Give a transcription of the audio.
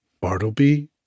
Bartleby